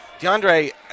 DeAndre